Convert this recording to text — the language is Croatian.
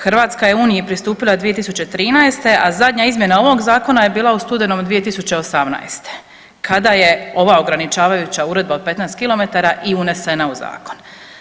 Hrvatska je Uniji pristupila 2013., a zadnja izmjena ovog Zakona je bila u studenom 2018. kada je ova ograničavajuća Uredba od 15 kilometara i unesena u Zakon.